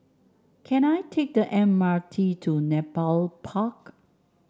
can I take the M R T to Nepal Park